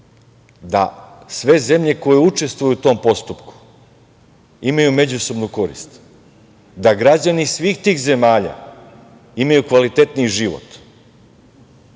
da sve zemlje koje učestvuju u tom postupku imaju međusobnu korist, da građani svih tih zemalja imaju kvalitetniji život,